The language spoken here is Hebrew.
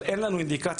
אבל אין לנו אינדיקציה.